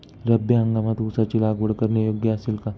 रब्बी हंगामात ऊसाची लागवड करणे योग्य असेल का?